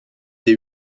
des